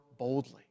boldly